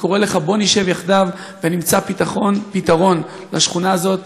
אני קורא לך: בוא נשב יחדיו ונמצא פתרון לשכונה הזאת,